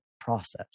process